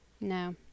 No